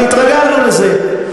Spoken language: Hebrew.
אבל התרגלנו לזה.